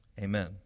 amen